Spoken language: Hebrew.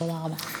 תודה רבה.